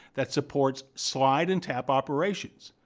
that supports slide and tap operations.